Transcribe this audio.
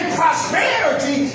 prosperity